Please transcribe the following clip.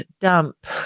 dump